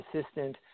assistant